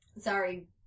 Sorry